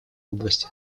области